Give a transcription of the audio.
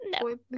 No